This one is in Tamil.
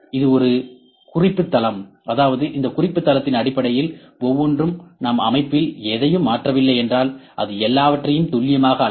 இது ஒரு குறிப்பு தளம் அதாவது இந்த குறிப்பு தளத்தின் அடிப்படையில் ஒவ்வொன்றும் நாம் அமைப்பில் எதையும் மாற்றவில்லை என்றால் அது எல்லாவற்றையும் துல்லியமாக அளவிடும்